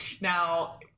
now